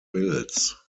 bills